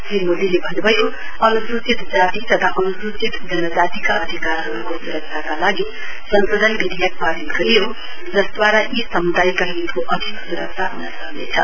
श्री मोदीले भन्नुभयो अनुसूचित जाति तथा अनूसूचित जनजातिका अधिकारहरुको सुरक्षाका लागि संशोधन विधेयक पारित गरियो जसद्वारा यी समुदायका हितको अधिक सुरक्षा ह्न सक्नेछ